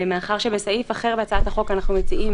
מאחר שבסעיף אחר בהצעת החוק אנחנו מציעים